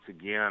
again